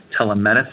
telemedicine